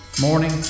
morning